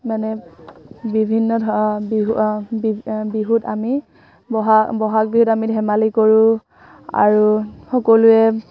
মানে বিভিন্ন ধৰ বিহু বিহুত আমি বহাগ বিহুত আমি ধেমালি কৰোঁ আৰু সকলোৱে